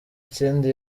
kindi